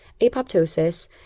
apoptosis